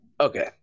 Okay